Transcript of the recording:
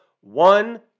one